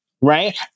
right